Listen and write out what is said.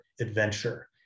adventure